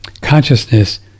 Consciousness